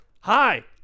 Hi